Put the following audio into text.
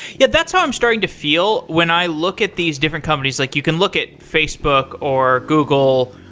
yeah that's how i'm starting to feel when i look at these different companies. like you can look at facebook, or google,